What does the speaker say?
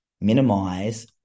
minimize